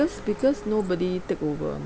because because nobody takeover